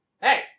Hey